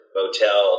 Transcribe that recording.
motel